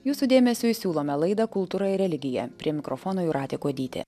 jūsų dėmesiui siūlome laidą kultūra ir religija prie mikrofono jūratė kuodytė